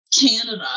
Canada